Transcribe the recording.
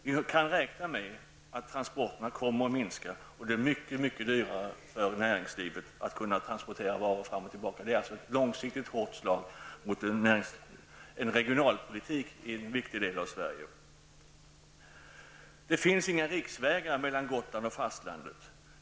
Vi kan räkna med att antalet transporter kommer att minska och att det blir mycket mycket dyrare för näringslivet att transportera varor fram och tillbaka. Det är alltså ett hårt slag mot en långsiktig regionalpolitik i en viktig del av Sverige. Det finns ingen riksväg mellan Gotland och fastlandet.